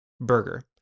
burger